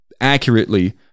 accurately